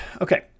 Okay